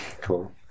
Cool